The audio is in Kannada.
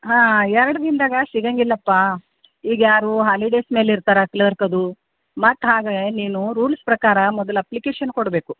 ಹಾಂ ಎರಡು ದಿನದಾಗ ಸಿಗೊಂಗಿಲ್ಲಪ್ಪಾ ಈಗ ಯಾರೂ ಹಾಲಿಡೇಸ್ ಮೇಲಿರ್ತಾರ ಕ್ಲರ್ಕದು ಮತ್ತು ಹಾಗೆ ನೀನು ರೂಲ್ಸ್ ಪ್ರಕಾರ ಮೊದ್ಲು ಅಪ್ಲಿಕೇಶನ್ ಕೊಡಬೇಕು